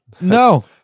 No